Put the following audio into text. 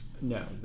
No